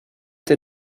the